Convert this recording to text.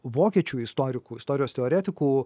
vokiečių istorikų istorijos teoretikų